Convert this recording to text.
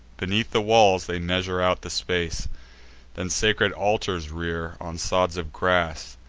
beneath the walls they measure out the space then sacred altars rear, on sods of grass,